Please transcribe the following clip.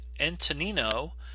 Antonino